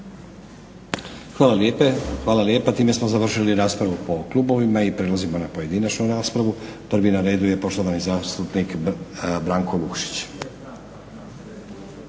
Nenad (SDP)** Hvala lijepa. Time smo završili raspravu po klubovima. Prelazimo na pojedinačnu raspravu. Prvi na redu je poštovani zastupnik Branko Vukšić.